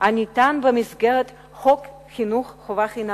הניתן במסגרת חוק חינוך חובה חינם.